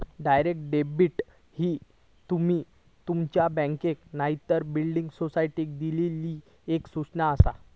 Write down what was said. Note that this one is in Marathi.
डायरेक्ट डेबिट ही तुमी तुमच्या बँकेक नायतर बिल्डिंग सोसायटीक दिल्लली एक सूचना आसा